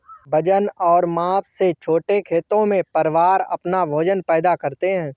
वजन और माप से छोटे खेतों में, परिवार अपना भोजन पैदा करते है